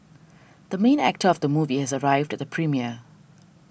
the main actor of the movie has arrived at the premiere